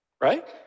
right